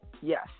Yes